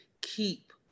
keep